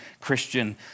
Christian